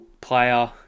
player